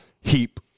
heap